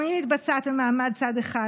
גם היא מתבצעת במעמד צד אחד,